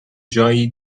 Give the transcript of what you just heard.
جایی